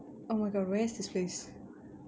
oh my god where is this place